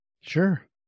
Sure